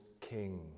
King